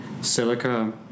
silica